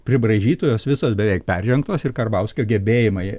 pribraižytų jos visos beveik peržengtos ir karbauskio gebėjimai